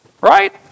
Right